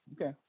okay